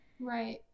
right